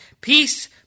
Peace